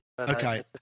Okay